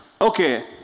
Okay